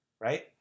right